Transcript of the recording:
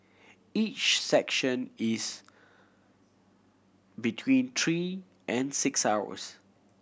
each section is between three and six hours